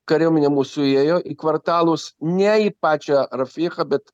kariuomenė mūsų įėjo į kvartalus ne į pačią rafiechą bet